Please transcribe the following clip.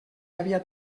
havia